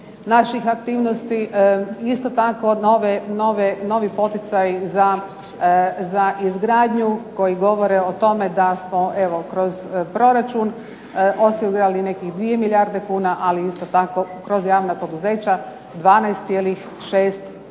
naših aktivnosti isto tako novi poticaji za izgradnju koji govore o tome da smo evo kroz proračun osigurali nekih 2 milijarde kuna, ali isto tako kroz javna poduzeća 12,6 milijardi